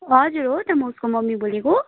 हजुर हो त म उसको मम्मी बोलेको